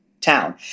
town